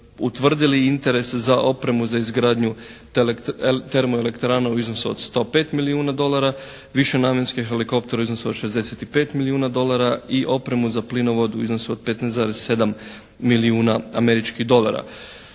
utvrdili i interese za opremu za izgradnju termoelektrana u iznosu od 105 milijuna dolara, višenamjenskih helikoptera u iznosu od 65 milijuna dolara i opremu za plinovod u iznosu od 15,7 milijuna američkih dolara.